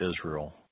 Israel